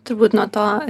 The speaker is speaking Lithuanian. turbūt nuo to